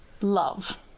love